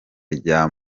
rya